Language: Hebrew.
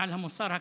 ועל המוסר הכפול.